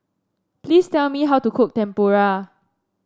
please tell me how to cook Tempura